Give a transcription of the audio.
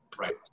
Right